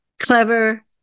clever